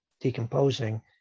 decomposing